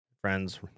friends